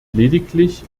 lediglich